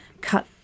cut